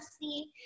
see